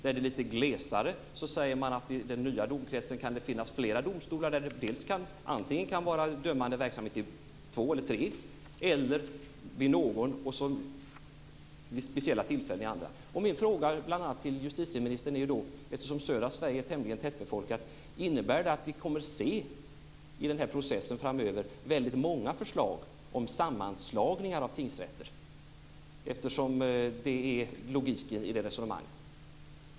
Där det är lite glesare säger man att det i den nya domkretsen kan finnas flera domstolar, där det antingen kan vara dömande verksamhet vid två eller tre eller vid någon och vid speciella tillfällen vid andra. Min fråga till justitieministern blir då, eftersom södra Sverige är tämligen tätbefolkat: Innebär det att vi i den här processen framöver kommer att se väldigt många förslag om sammanslagningar av tingsrätter, eftersom det är logiken i det resonemanget?